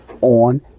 on